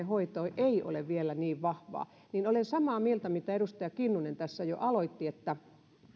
hoito ole vielä niin vahvaa niin olen samaa mieltä siitä mistä edustaja kinnunen tässä jo aloitti